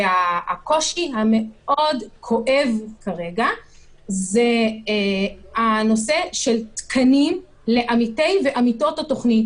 הקושי המאוד כואב כרגע הוא הנושא של תקנים לעמיתי ועמיתות התוכנית,